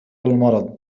المرض